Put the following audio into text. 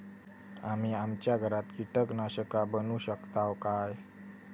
आम्ही आमच्या घरात कीटकनाशका बनवू शकताव काय?